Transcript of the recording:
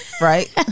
right